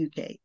UK